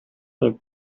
that